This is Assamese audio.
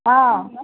অঁ